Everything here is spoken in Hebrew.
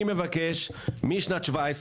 אני מבקש משנת 2017